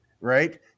Right